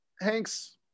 Hanks